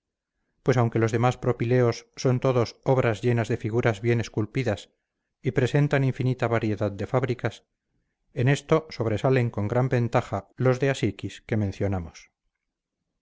pues aunque los demás propíleos son todos obras llenas de figuras bien esculpidas y presentan infinita variedad de fábricas en esto sobresalen con gran ventaja los de asiquis que mencionamos